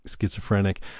schizophrenic